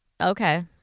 Okay